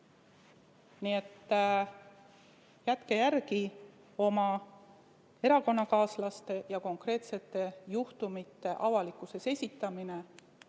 Nii et jätke järele oma erakonnakaaslastega seotud konkreetsete juhtumite avalikkuses käsitlemine,